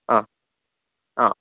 ആ ആ